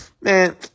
Man